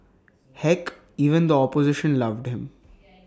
heck even the opposition loved him